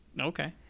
Okay